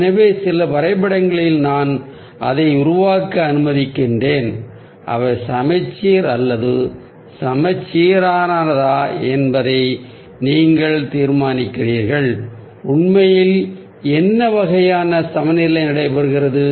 எனவே சில வரைபடங்களில் நான் அதை உருவாக்குகிறேன் அவை சமச்சீர் அல்லது சமச்சீரானதா என்பதை நீங்கள் தீர்மானியுங்கள் உண்மையில் என்ன வகையான சமநிலை நடைபெறுகிறது